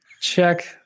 Check